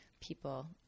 people